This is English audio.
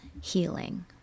healing